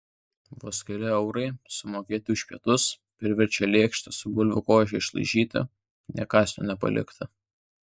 vos keli eurai sumokėti už pietus priverčia lėkštę su bulvių koše išlaižyti nė kąsnio nepalikti